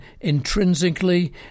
intrinsically